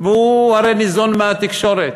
והוא הרי ניזון מהתקשורת.